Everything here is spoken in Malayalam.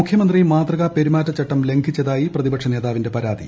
മുഖ്യമന്ത്രി മാതൃക്കൂർ പ്പെരുമാറ്റച്ചട്ടം ലംഘിച്ചതായി ന് പ്രതിപക്ഷ നേതാവിന്റെ പരാതി